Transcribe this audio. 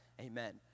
Amen